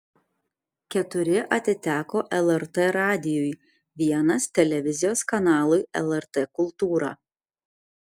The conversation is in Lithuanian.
keturi atiteko lrt radijui vienas televizijos kanalui lrt kultūra